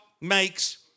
makes